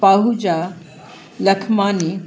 Pahuja Lakhmani